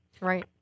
Right